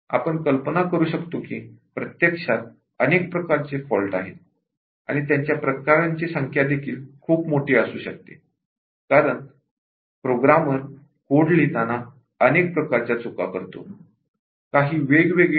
आपण कल्पना करू शकतो की प्रत्यक्षात अनेक प्रकारचे फॉल्ट आहेत आणि त्यांच्या प्रकारांची संख्या देखील खूप मोठी असू शकते कारण प्रोग्रामर कोड लिहिताना अनेक प्रकारच्या चुका करू शकतो